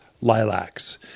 lilacs